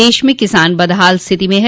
देश में किसान बदहाल स्थिति में हैं